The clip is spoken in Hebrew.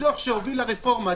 הדוח שהוביל לרפורמה,